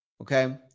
Okay